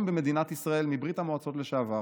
במדינת ישראל מברית המועצות לשעבר